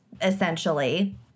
essentially